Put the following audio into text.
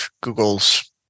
Google's